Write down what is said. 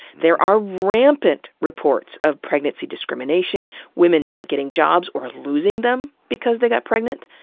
there are rampant reports of pregnancy discrimination women not getting jobs, or losing them, because they got pregnant.